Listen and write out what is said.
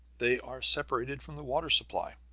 they are separated from the water-supply,